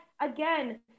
again